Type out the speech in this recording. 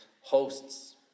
hosts